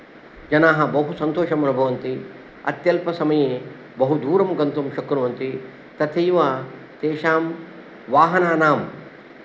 जनाः बहु सन्तोषम् अनुभवन्ति अत्यल्पसमये बहु दूरं गन्तुं शक्नुवन्ति तथैव तेषां वाहनानां